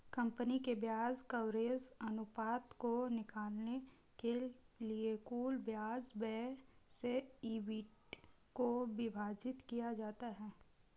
company के ब्याज coverage अनुपात को निकालने के लिए कुल ब्याज व्यय से ईबिट को विभाजित किया जाता है